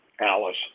Alice